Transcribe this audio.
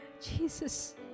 Jesus